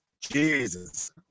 Jesus